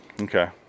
Okay